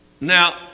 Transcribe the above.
now